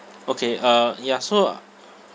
okay uh ya so uh